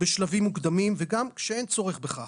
בשלבים מוקדמים, וגם כשאין צורך בכך.